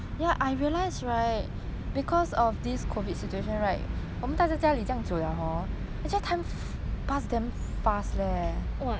!wah! actually true leh I feel like